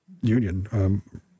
Union